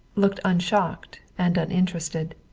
looked unshocked and uninterested.